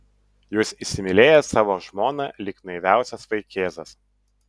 jūs įsimylėjęs savo žmoną lyg naiviausias vaikėzas